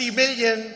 million